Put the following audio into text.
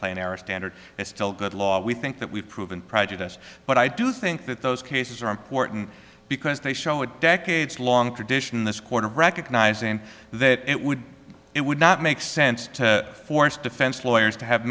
plane era standard is still good law we think that we've proven prejudice but i do think that those cases are important because they show a decades long tradition in this court of recognizing that it would it would not make sense to force defense lawyers to have